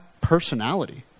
personality